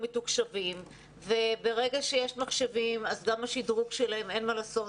ברגע שיש מחשבים, אין מה לעשות,